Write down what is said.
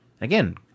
Again